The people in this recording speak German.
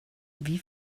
wie